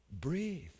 breathe